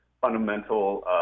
fundamental